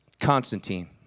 Constantine